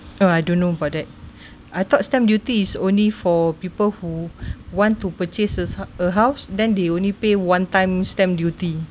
oh I don't know about that I thought stamp duty is only for people who want to purchases a house then they only pay one time stamp duty